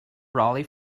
brolly